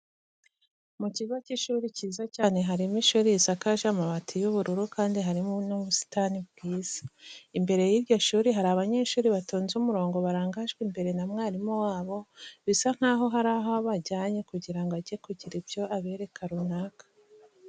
Mu kigo cy'ishuri cyiza cyane harimo ishuri risakaje amabati y'ubururu kandi harimo n'ubusitani bwiza. Imbere y'iryo shuri hari abanyeshuri batonze umurongo barangajwe imbere na mwarimu wabo bisa nkaho hari aho abajyanye kugira ngo ajye kugira ibyo abereka runaka.